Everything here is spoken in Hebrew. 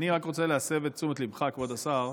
אני רק רוצה להסב את תשומת ליבך, כבוד השר,